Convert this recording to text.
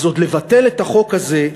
אז עוד לבטל את החוק הזה,